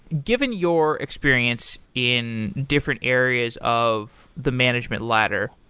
given your experience in different areas of the management ladder,